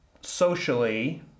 socially